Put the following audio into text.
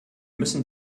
müssen